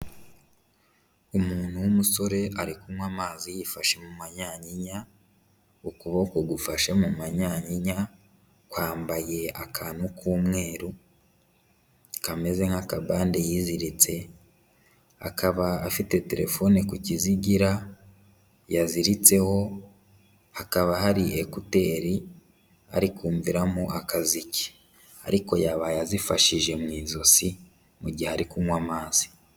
Umuntu w'umusore ari kunywa amazi yifashe mu manyankinya, ukuboko gufashe mu manyankinya, kwambaye akantu k'umweru, kameze nk'akabande yiziritse. Akaba afite telefone ku kizigira, yaziritseho, hakaba hari ekuteri ari kumviramo akaziki. Ariko yabaye azifashije mu ijosi, mu gihe ari kunywa amazi.